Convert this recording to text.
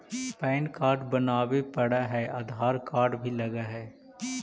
Pan card बनावे पडय है आधार कार्ड भी लगहै?